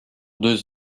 deux